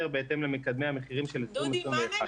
בהתאם למקדמי המחירים של 2021. דודי,